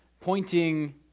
pointing